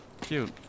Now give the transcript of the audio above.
Cute